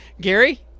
Gary